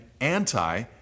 anti